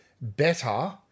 better